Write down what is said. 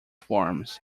farms